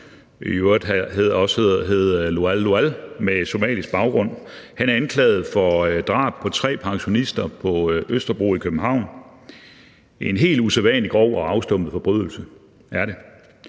også hedder Lual Lual, med somalisk baggrund. Han er anklaget for drab på tre pensionister på Østerbro i København. En helt usædvanlig grov og afstumpet forbrydelse er det.